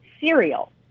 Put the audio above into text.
cereal